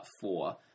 four